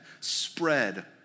spread